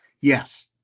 yes